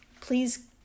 Please